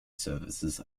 services